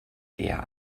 eher